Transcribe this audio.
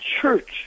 church